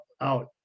out